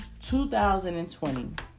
2020